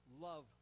love